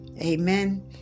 Amen